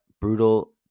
Brutal